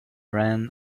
ran